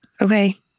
Okay